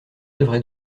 devrait